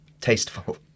Tasteful